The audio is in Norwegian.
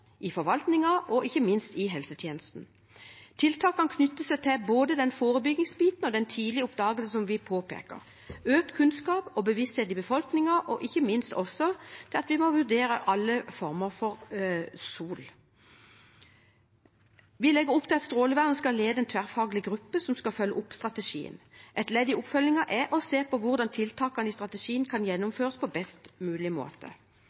i forvaltningen og ikke minst i helsetjenesten. Tiltakene knytter seg til både forebyggingsbiten og den tidlige oppdagelsen som vi påpeker, økt kunnskap og bevissthet i befolkningen og ikke minst også til at vi må vurdere alle former for sol. Vi legger opp til at Statems strålevern skal lede en tverrfaglig gruppe som skal følge opp strategien. Et ledd i oppfølgingen er å se på hvordan tiltakene i strategien kan gjennomføres på best mulig måte.